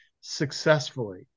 successfully